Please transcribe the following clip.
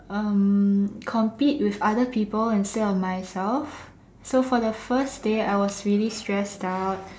um compete with other people instead of myself so for the first day I was really stressed out